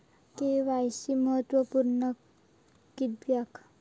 KYC महत्त्वपुर्ण किद्याक?